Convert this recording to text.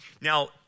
Now